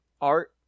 art